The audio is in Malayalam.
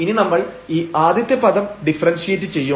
ഇനി നമ്മൾ ഈ ആദ്യത്തെ പദം ഡിഫറെൻഷിയേറ്റ് ചെയ്യും